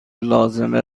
لازمه